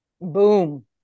Boom